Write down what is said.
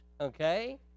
okay